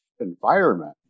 environment